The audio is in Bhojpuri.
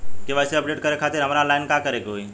के.वाइ.सी अपडेट करे खातिर हमरा ऑनलाइन का करे के होई?